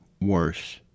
worse